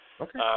okay